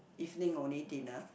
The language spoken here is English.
evening only dinner